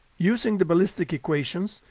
using the ballistic equations,